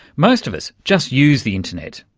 most of us just use the internet,